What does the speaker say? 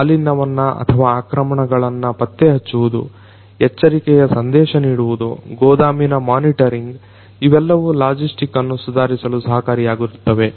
ಮಾಲಿನ್ಯವನ್ನ ಅಥವಾ ಆಕ್ರಮಣಗಳನ್ನ ಪತ್ತೆ ಹಚ್ಚುವುದು ಎಚ್ಚರಿಕೆಯ ಸಂದೇಶ ನೀಡುವುದು ಗೋದಾಮಿನ ಮೊನಿಟರಿಂಗ್ ಇವೆಲ್ಲವೂ ಲಾಜಿಸ್ಟಿಕ್ ಅನ್ನು ಸುಧಾರಿಸಲು ಸಹಕಾರಿಯಾಗುತ್ತವೆ